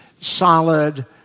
solid